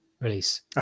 release